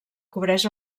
cobreix